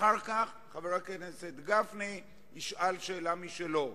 אחר כך חבר הכנסת גפני ישאל שאלה משלו,